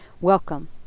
Welcome